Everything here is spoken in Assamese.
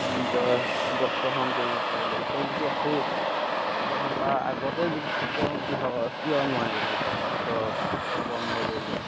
বস্ত্ৰহৰণ কৰিব পাৰিলে ঈশ্বৰ যদি আছেই বস্ত্ৰহৰণ কৰা আগতেই যদি তেওঁ কিহৰ কিয় নোৱাৰিলে বা ঈশ্বৰৰ ওচৰ বন্ধ কৰিব